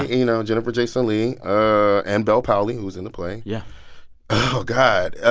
you know, jennifer jason leigh and bel powley, who's in the play. yeah oh, god,